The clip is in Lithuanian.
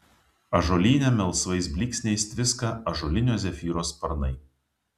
ąžuolyne melsvais blyksniais tviska ąžuolinio zefyro sparnai